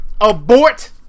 abort